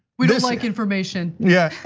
we don't like information. yeah,